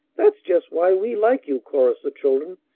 that's just why we like you, chorused the children.